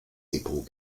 depot